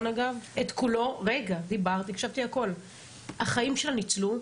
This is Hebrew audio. החיים שלה ניצלו,